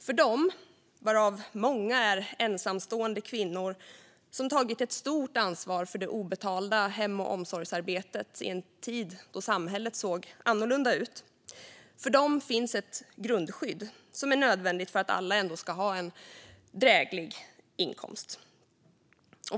För dem, varav många är ensamstående kvinnor som tagit ett stort ansvar för det obetalda hem och omsorgsarbetet i en tid då samhället såg annorlunda ut, finns ett grundskydd som är nödvändigt för att alla ändå ska ha en dräglig inkomst.